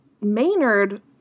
Maynard